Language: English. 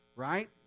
right